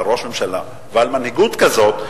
על ראש ממשלה ועל מנהיגות כזאת,